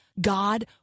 God